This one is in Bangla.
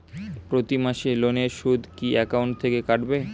প্রতি মাসে লোনের সুদ কি একাউন্ট থেকে কাটবে?